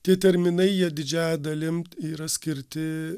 tie terminai jie didžiąja dalim yra skirti